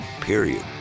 Period